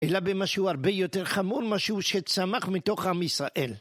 אלא במשהו הרבה יותר חמור, משהו שצמח מתוך עם ישראל.